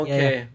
Okay